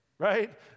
Right